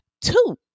two